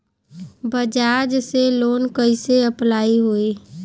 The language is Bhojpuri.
बज़ाज़ से लोन कइसे अप्लाई होई?